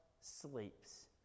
sleeps